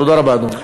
תודה רבה, אדוני.